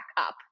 up